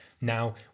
now